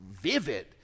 vivid